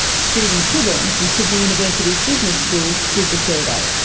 stephen clibborn from sydney university's business school did the survey.